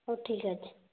ହେଉ ଠିକ ଅଛି